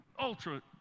ultra